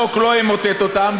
החוק לא ימוטט אותם.